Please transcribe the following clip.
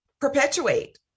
perpetuate